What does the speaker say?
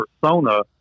persona